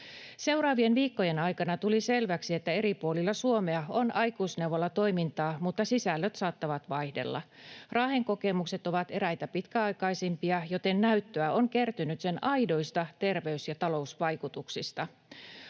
Seuraavien viikkojen aikana tuli selväksi, että eri puolilla Suomea on aikuisneuvolatoimintaa, mutta sisällöt saattavat vaihdella. Raahen kokemukset ovat eräitä pitkäaikaisimpia, joten näyttöä on kertynyt sen aidoista terveys- ja talousvaikutuksista.